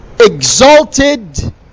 exalted